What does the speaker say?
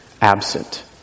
absent